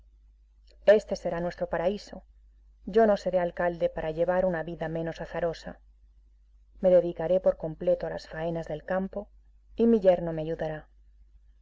este será nuestro paraíso yo no seré alcalde para llevar una vida menos azarosa me dedicaré por completo a las faenas del campo y mi yerno me ayudará